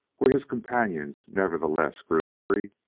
where his companions nevertheless grew weary,